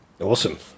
Awesome